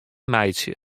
meitsje